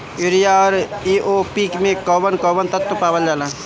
Urea औरी AOP मै कौवन कौवन तत्व पावल जाला?